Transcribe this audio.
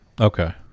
Okay